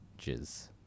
Jizz